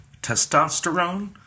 testosterone